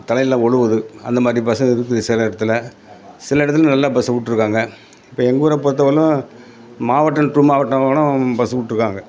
தலையல்லாம் ஒழுகுது அந்தமாதிரி பஸ்ஸும் இருக்குது சில இடத்துல சில இடத்துல நல்லா பஸ்ஸில் விட்டுருக்காங்க இப்போ எங்கூரை பொறுத்த வரைலும் மாவட்டம் டு மாவட்டம் கூட பஸ்ஸு விட்டுருக்காங்க